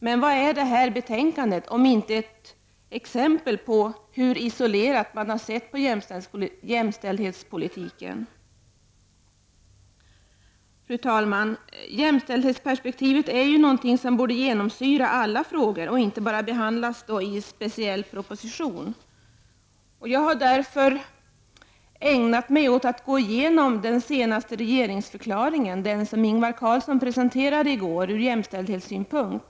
Men vad är det här betänkandet om inte ett exempel på hur isolerat man har sett på jämställdhetspolitiken? Fru talman! Jämställdhetsperspektivet är något som borde genomsyra alla frågor och inte bara behandlas i en speciell proposition. Jag har därför gått igenom den senaste regeringsförklaringen, den som Ingvar Carlsson presenterade i går, från jämställdhetssynpunkt.